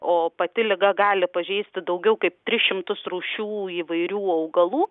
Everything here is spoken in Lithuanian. o pati liga gali pažeisti daugiau kaip tris šimtus rūšių įvairių augalų